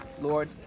Lord